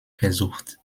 versucht